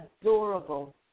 adorable